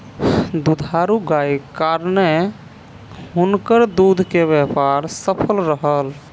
दुधारू गायक कारणेँ हुनकर दूध के व्यापार सफल रहल